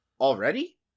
already